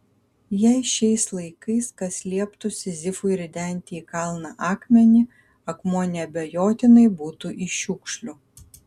jei šiais laikais kas lieptų sizifui ridenti į kalną akmenį akmuo neabejotinai būtų iš šiukšlių